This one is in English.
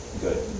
good